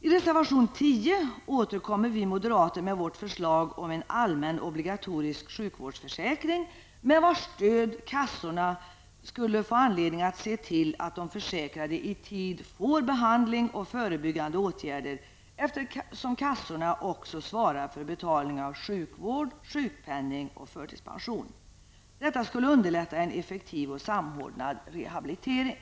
I reservation 10 återkommer vi moderater med vårt förslag om en allmän, obligatorisk sjukvårdsförsäkring, med vars stöd kassorna får anledning att se till att de försäkrade i tid får behandling och att förebyggande åtgärder vidtas, eftersom kassorna också svarar för betalning av sjukvård, sjukpenning och förtidspension. Detta skulle underlätta en effektiv och samordnad rehabilitering.